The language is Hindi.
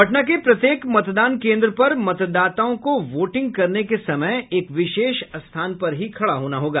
पटना के प्रत्येक मतदान केन्द्र पर मतदाताओं को वोटिंग करने के समय एक विशेष स्थान पर ही खड़ा होना होगा